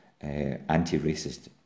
anti-racist